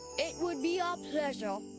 it would be our pleasure.